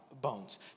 bones